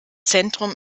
zentrum